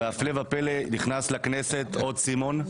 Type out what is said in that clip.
והפלא ופלא, נכנס לכנסת עוד סימון.